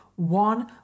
one